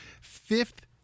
Fifth